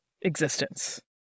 existence